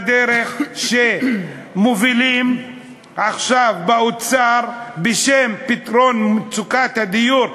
בדרך שמובילים עכשיו באוצר בשם פתרון מצוקת הדיור,